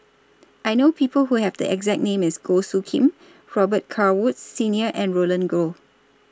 I know People Who Have The exact name as Goh Soo Khim Robet Carr Woods Senior and Roland Goh